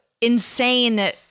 insane